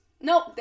Nope